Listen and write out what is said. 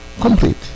complete